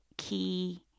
key